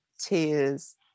tears